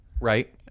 Right